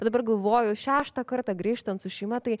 bet dabar galvoju šeštą kartą grįžtant su šeima tai